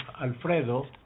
Alfredo